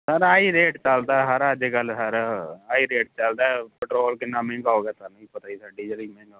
ਨਾ ਨਾ ਆਹੀ ਰੇਟ ਚੱਲਦਾ ਸਰ ਅੱਜ ਕੱਲ ਸਰ ਆਹੀ ਰੇਟ ਚੱਲਦਾ ਪਟਰੋਲ ਕਿੰਨਾ ਮਹਿੰਗਾ ਹੋ ਗਿਆ ਤੁਹਾਨੂੰ ਵੀ ਪਤਾ ਸਾਡੀ ਜਿਹੜੀ ਮਿਹਨਤ